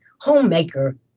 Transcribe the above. homemaker